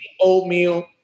oatmeal